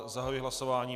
Zahajuji hlasování.